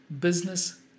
Business